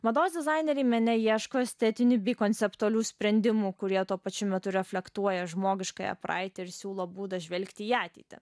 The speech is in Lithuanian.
mados dizaineriai mene ieško estetinių bei konceptualių sprendimų kurie tuo pačiu metu reflektuoja žmogiškąją praeitį ir siūlo būdą žvelgti į ateitį